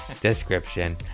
description